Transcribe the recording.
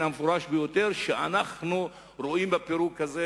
המפורש ביותר: אנחנו רואים באיחוד הזה,